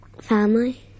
Family